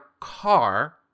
car